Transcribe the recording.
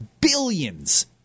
billions